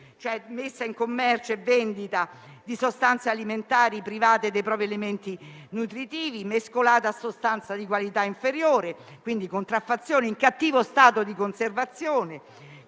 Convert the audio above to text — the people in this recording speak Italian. messa in commercio e la vendita di sostanze alimentari private dei propri elementi nutritivi o mescolate a sostanze di qualità inferiore, e quindi di contraffazione, oppure in cattivo stato di conservazione